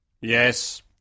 Yes